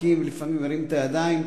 מאבק ולפעמים מרימים ידיים,